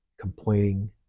complaining